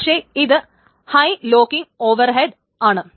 പക്ഷേ ഇത് high locking overhead ആണ്